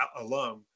alum